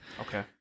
Okay